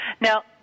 Now